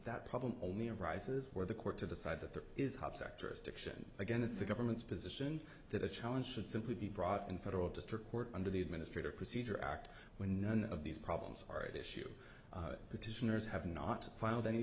that problem only arises where the court to decide that there is hops actress diction again it's the government's position that a challenge should simply be brought in federal district court under the administrative procedure act when none of these problems are at issue petitioners have not filed any